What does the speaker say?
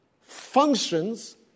functions